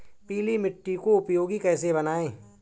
पीली मिट्टी को उपयोगी कैसे बनाएँ?